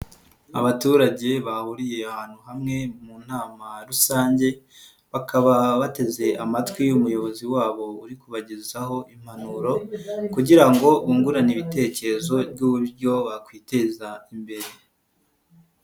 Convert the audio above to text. Abaturage bahuriye ahantu hamwe mu nama rusange, bakaba bateze amatwi umuyobozi wabo uri kubagezaho impanuro kugira ngo bungurane ibitekerezo by'uburyo bakwiteza imbere.